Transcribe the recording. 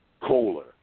Kohler